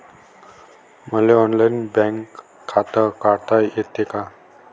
मले online bank खाते काढता येते का?